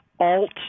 Alt